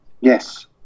Yes